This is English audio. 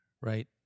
right